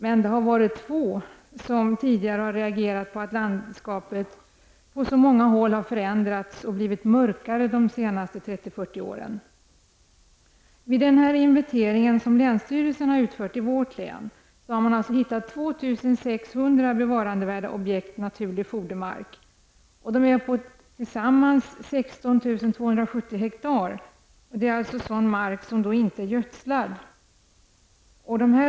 Men det har varit få som tidigare reagerat på att landskapet på så många håll förändrats och blivit mörkare de senaste 30--40 åren. Vid den inventering som länsstyrelsen har utfört i vårt län har man hittat 2 600 bevarandevärda objekt naturlig fodermark på tillsammans 16 270 hektar. Det är alltså sådan mark som inte är gödslad.